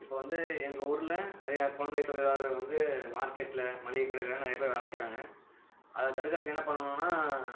இப்போது வந்து எங்கள் ஊரில் நிறையா குழந்தை தொழிலாளர்கள் வந்து மார்க்கெட்டில் மளிகை கடையிலெலாம் நிறைய பேர் வேலை செய்கிறாங்க அதை தடுக்கிறக்கு என்ன பண்ணணுன்னால்